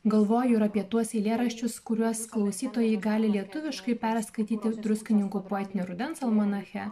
galvoju ir apie tuos eilėraščius kuriuos klausytojai gali lietuviškai perskaityti druskininkų poetinio rudens almanache